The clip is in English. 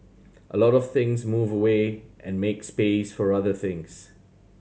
a lot of things move away and make space for other things